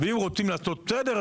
ואם רוצים לעשות סדר,